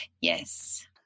yes